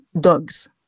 dogs